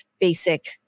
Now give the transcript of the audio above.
basic